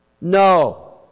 No